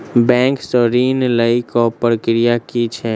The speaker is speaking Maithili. बैंक सऽ ऋण लेय केँ प्रक्रिया की छीयै?